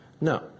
No